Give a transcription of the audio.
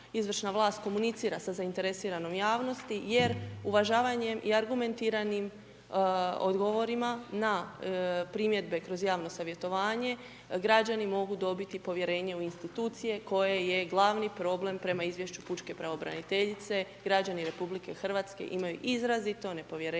izvršna vlast komunicira sa zainteresiranom javnosti jer uvažavanjem i argumentiranim odgovorima na primjedbe kroz javno savjetovanje građani mogu dobiti povjerenje u institucije koje je glavni problem prema izvješću pučke pravobraniteljice, građani RH imaju izrazito nepovjerenje